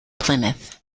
plymouth